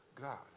God